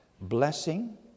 blessing